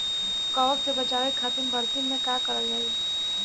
कवक से बचावे खातिन बरसीन मे का करल जाई?